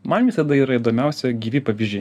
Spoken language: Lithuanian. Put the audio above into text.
man visada yra įdomiausia gyvi pavyzdžiai